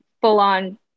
full-on